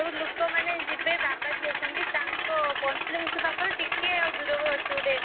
ସବୁ ଲୋକ ମାନେ ଯିବେ ବାବାଜୀ ଅଛନ୍ତି ତାଙ୍କ ପଞ୍ଚ୍ଲିଙ୍ଗେଶ୍ୱର ପାଖରୁ ଟିକେ ଆଉ ଦୂରକୁ ଅଛି ଗୋଟେ